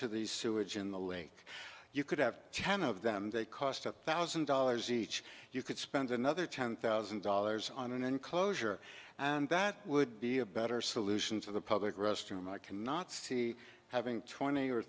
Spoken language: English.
to the sewage in the lake you could have ten of them they cost a thousand dollars each you could spend another ten thousand dollars on an enclosure and that would be a better solution to the public restroom i cannot see having twenty or